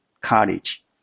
college